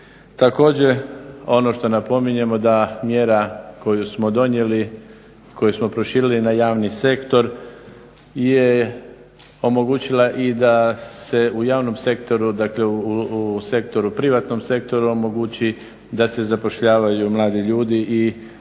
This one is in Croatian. Također ono što napominjemo da mjera koju smo donijeli i koju smo proširili na javni sektor je omogućila i da se u javnom sektoru, dakle u privatnom sektoru omogući da se zapošljavaju mladi ljudi i